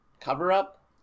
cover-up